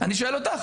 אני שואל אותך.